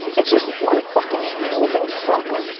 it's just one fucking losing circle.